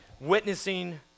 witnessing